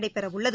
நடைபெறவுள்ளது